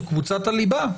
זו קבוצת הליבה,